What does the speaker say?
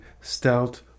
Stout